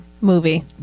movie